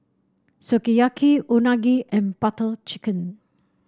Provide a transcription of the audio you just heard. Sukiyaki Unagi and Butter Chicken